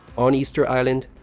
on eastern island,